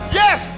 yes